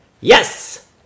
Yes